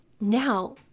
Now